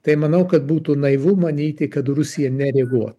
tai manau kad būtų naivu manyti kad rusija nereaguo